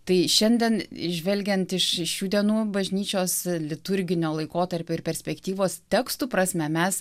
tai šiandien žvelgiant iš šių dienų bažnyčios liturginio laikotarpio ir perspektyvos tekstų prasme mes